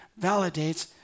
validates